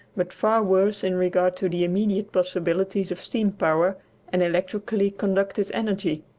but far worse in regard to the immediate possibilities of steam-power and electrically-conducted energy.